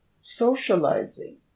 socializing